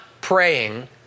praying